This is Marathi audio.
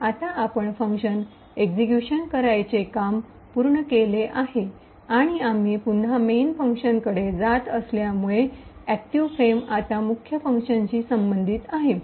आता आपण फंक्शन एक्सिक्यूशन करण्याचे काम पूर्ण केले आहे आणि आम्ही पुन्हा मेन फंक्शनकडे जात असल्यामुळे ऐक्टिव फ्रेम आता मुख्य फंक्शनशी संबंधित आहे